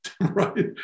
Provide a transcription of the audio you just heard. right